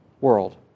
world